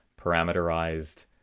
parameterized